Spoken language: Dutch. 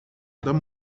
dan